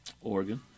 Oregon